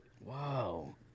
Wow